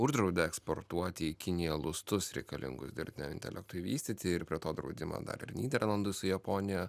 uždraudė eksportuoti į kiniją lustus reikalingus dirbtiniam intelektui vystyti ir plėtot draudimą dar ir nyderlandus su japonija